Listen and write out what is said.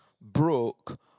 broke